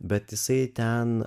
bet jisai ten